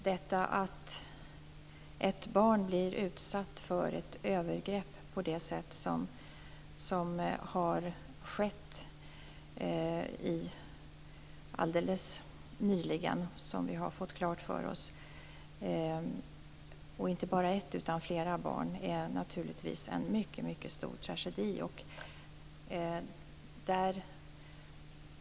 Detta att flera barn har blivit utsatta för övergrepp på det sätt som har skett alldeles nyligen, vilket vi har fått klart för oss, är naturligtvis en mycket stor strategi.